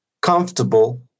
comfortable